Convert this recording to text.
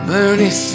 Bernie